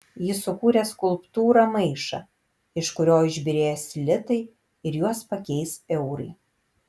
jis sukūrė skulptūrą maišą iš kurio išbyrės litai ir juos pakeis eurai